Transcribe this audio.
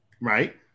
right